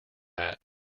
that